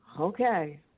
Okay